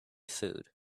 food